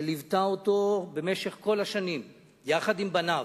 שליוותה אותו במשך כל השנים, יחד עם בניו,